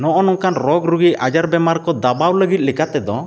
ᱱᱚᱜᱼᱚ ᱱᱚᱝᱠᱟᱱ ᱨᱚᱜᱽ ᱨᱩᱜᱤ ᱟᱡᱟᱨ ᱵᱮᱢᱟᱨ ᱠᱚ ᱫᱟᱵᱟᱣ ᱞᱟᱹᱜᱤᱫ ᱞᱮᱠᱟᱛᱮᱫᱚ